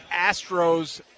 Astros